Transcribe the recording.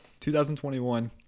2021